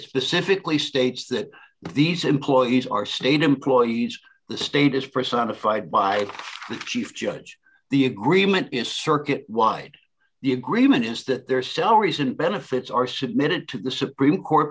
specifically states that these employees are state employees the state as personified by the chief judge the agreement is circuit wide the agreement is that their cell recent benefits are submitted to the supreme court